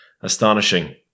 astonishing